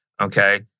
Okay